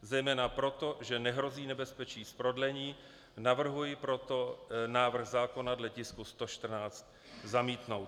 Zejména proto, že nehrozí nebezpečí z prodlení, navrhuji proto návrh zákona dle tisku 114 zamítnout.